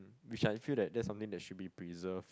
which like I feel that that something that should be preserved